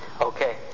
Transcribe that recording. Okay